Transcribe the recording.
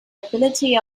ability